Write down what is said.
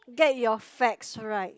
get your facts right